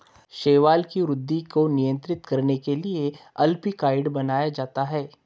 शैवाल की वृद्धि को नियंत्रित करने के लिए अल्बिकाइड बनाया जाता है